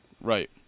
Right